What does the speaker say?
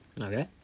Okay